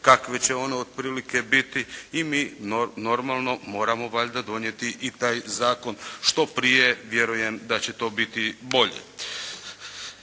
kakve će one otprilike biti i mi normalno moramo valjda donijeti i taj zakon što prije vjerujem da će to biti bolje.